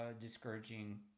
discouraging